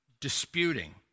disputing